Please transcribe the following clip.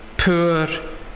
poor